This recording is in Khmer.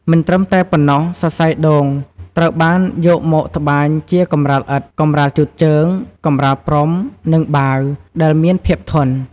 មិនត្រឹមតែប៉ុណ្ណោះ សរសៃដូងត្រូវបានយកមកត្បាញជា កម្រាលឥដ្ឋ កម្រាលជូតជើង កម្រាលព្រំ និង បាវ ដែលមានភាពធន់។